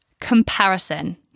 comparison